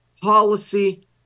policy